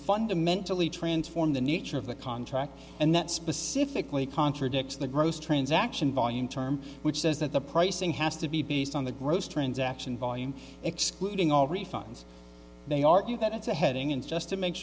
fundamentally transform the nature of the contract and that specifically contradicts the gross transaction volume term which says that the pricing has to be based on the gross transaction volume excluding all refunds they argue that it's a heading and just to make